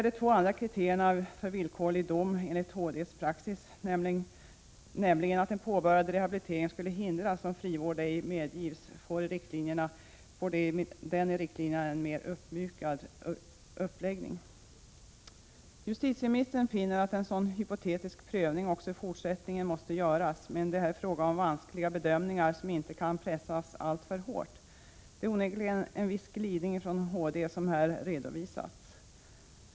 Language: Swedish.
De två andra kriterierna för villkorlig dom enligt HD:s praxis, nämligen att en påbörjad rehabilitering skulle hindras om frivård ej medges, får i riktlinjerna en mer uppmjukad uppläggning. Justitieministern finner att en sådan hypotetisk prövning också i fortsättningen måste göras, men det är här fråga om vanskliga bedömningar som inte pressas alltför hårt. Det är onekligen en viss glidning från HD:s praxis som här redovisas.